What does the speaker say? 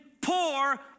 poor